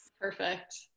Perfect